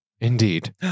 Indeed